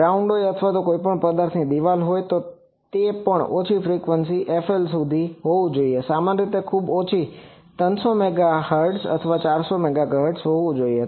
ground હોય અથવા કોઈપણ પદાર્થની દિવાલ હોય વગેરે તો તે પણ ઓછી ફ્રિકવન્સી fL સુધી હોવું જોઈએ જે સામાન્ય રીતે ખૂબ ઓછી 300 મેગાહર્ટ્ઝ 400 મેગાહર્ટઝ હોવું જોઈએ